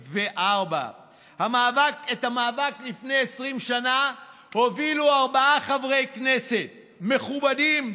ואת המאבק לפני 20 שנה הובילו ארבעה חברי כנסת מכובדים,